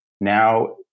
Now